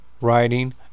writing